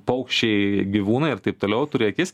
paukščiai gyvūnai ir taip toliau turi akis